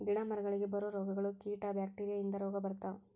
ಗಿಡಾ ಮರಗಳಿಗೆ ಬರು ರೋಗಗಳು, ಕೇಟಾ ಬ್ಯಾಕ್ಟೇರಿಯಾ ಇಂದ ರೋಗಾ ಬರ್ತಾವ